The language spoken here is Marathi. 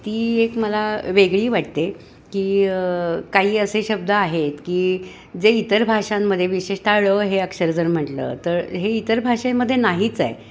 ती एक मला वेगळी वाटते की काही असे शब्द आहेत की जे इतर भाषांमध्ये विशेषतः ळ हे अक्षर जर म्हटलं तर हे इतर भाषेमध्ये नाहीच आहे